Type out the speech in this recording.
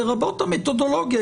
לרבות המתודולוגיה,